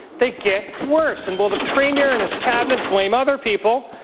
they get worse and will the premier and his cabinet blame other people,